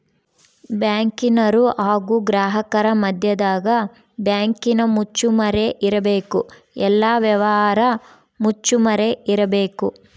ಬ್ಯಾಂಕಿನರು ಹಾಗು ಗ್ರಾಹಕರ ಮದ್ಯದಗ ಬ್ಯಾಂಕಿನ ಮುಚ್ಚುಮರೆ ಇರಬೇಕು, ಎಲ್ಲ ವ್ಯವಹಾರ ಮುಚ್ಚುಮರೆ ಇರಬೇಕು